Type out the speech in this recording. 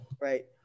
right